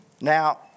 Now